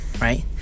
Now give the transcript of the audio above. right